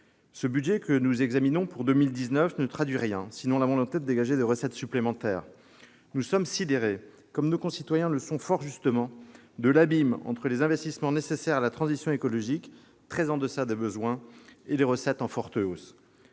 Ce budget pour 2019 ne traduit rien, sinon la volonté de dégager des recettes supplémentaires. Nous sommes sidérés, tout comme nos concitoyens, de l'abîme entre les investissements nécessaires à la transition écologique, qui sont très en deçà des besoins, et des recettes en forte hausse.